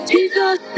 Jesus